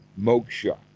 Moksha